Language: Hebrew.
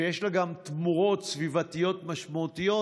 שיש לה גם תמורות סביבתיות משמעותיות,